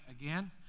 again